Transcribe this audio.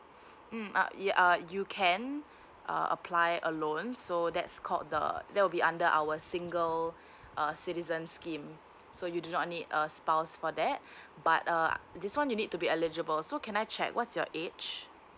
mm uh ya you can uh apply alone so that's called the that will be under our single err citizen scheme so you do not need a spouse for that but uh this one you need to be eligible so can I check what's your age